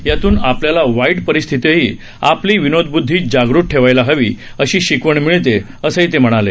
यातून आपल्याला वाईट परिस्थितीही आपली विनोदब्द्धी जागृत ठेवायला हवी अशी शिकवण मिळते असं ते म्हणाले